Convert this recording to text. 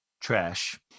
Trash